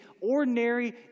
ordinary